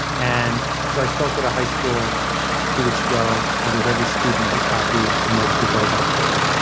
and so i spoke at a high school two weeks ago. i gave every student a copy a month before i got there.